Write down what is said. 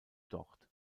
dort